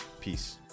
Peace